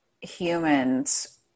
humans